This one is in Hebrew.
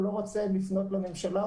השר לא רוצה לפנות לממשלה,